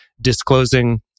disclosing